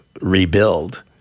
rebuild